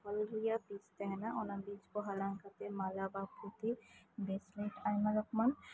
ᱫᱟᱨᱤ ᱨᱮᱭᱟᱜ ᱵᱤᱡ ᱛᱟᱦᱮᱸᱱᱟ ᱚᱱᱟ ᱵᱤᱡᱠᱩ ᱦᱟᱞᱟᱝ ᱠᱟᱛᱮᱫ ᱢᱟᱞᱟ ᱵᱟ ᱯᱩᱛᱷᱤ ᱟᱭᱢᱟ ᱨᱚᱠᱚᱢ